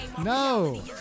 No